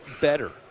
better